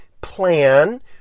plan